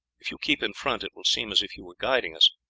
if you keep in front, it will seem as if you were guiding us,